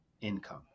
income